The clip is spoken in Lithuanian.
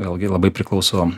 vėlgi labai priklauso